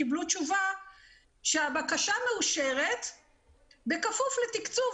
קיבלו תשובה שהבקשה מאושרת בכפוף לתקצוב